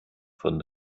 von